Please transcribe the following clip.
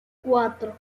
cuatro